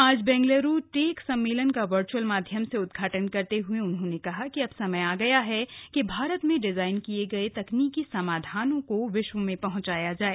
आज बेंगल्रू टेक सम्मेलन का वर्च्अल माध्यम से उद्घाटन करते हए उन्होंने कहा कि अब समय आ गया है कि भारत में डिजाइन किए गए तकनीकी समाधानों को विश्व में पहुंचाया जाए